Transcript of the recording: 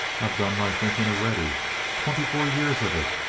i've done my thinking already twenty-four years of it.